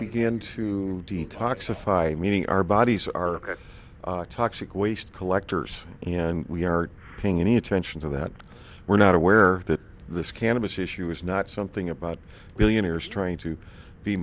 begin to detox of five meaning our bodies are toxic waste collectors and we are paying any attention to that we're not aware that this cannabis issue is not something about billionaires trying to be